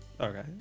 Okay